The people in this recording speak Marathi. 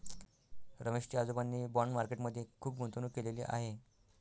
रमेश च्या आजोबांनी बाँड मार्केट मध्ये खुप गुंतवणूक केलेले आहे